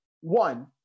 one